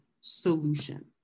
solution